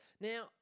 Now